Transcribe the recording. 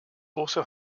also